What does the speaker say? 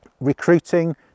recruiting